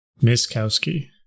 Miskowski